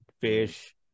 fish